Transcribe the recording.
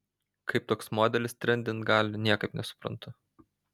kaip toks modelis trendint gali niekaip nesuprantu